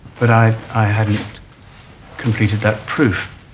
but i, i hadn't completed that proof.